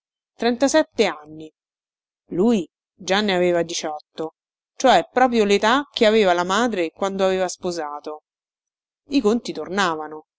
trentasette anni lui già ne aveva diciotto cioè proprio letà che aveva la madre quando aveva sposato i conti tornavano